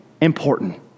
important